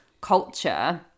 culture